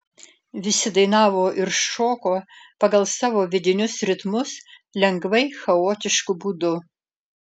visi dainavo ir šoko pagal savo vidinius ritmus lengvai chaotišku būdu